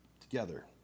together